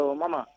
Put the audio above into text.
mama